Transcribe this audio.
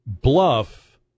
bluff